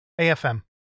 AFM